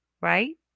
right